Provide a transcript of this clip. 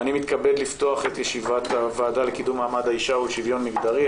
אני מתכבד לפתוח את ישיבת הועדה לקידום מעמד האישה ולשוויון מגדרי,